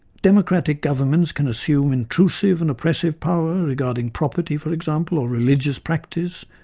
democratic governments can assume intrusive and oppressive power, regarding property, for example, or religious practice,